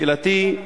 שאלתי,